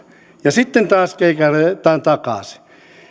ja sitten taas keikahdetaan takaisin